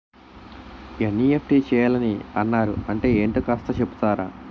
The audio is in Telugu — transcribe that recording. ఎన్.ఈ.ఎఫ్.టి చేయాలని అన్నారు అంటే ఏంటో కాస్త చెపుతారా?